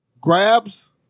Grabs